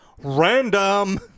Random